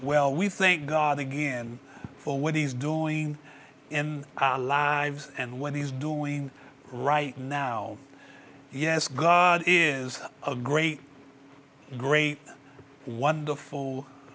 well we think god again for what he's doing in our lives and when he is doing right now yes god is a great great wonderful